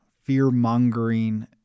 fear-mongering